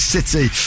City